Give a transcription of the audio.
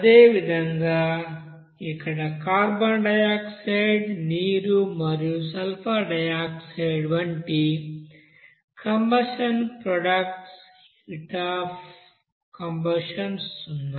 అదేవిధంగా ఇక్కడ carbon dioxide నీరు మరియు సల్ఫర్ డయాక్సైడ్ వంటి combustion products heat of combustion సున్నా